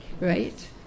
right